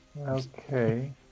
Okay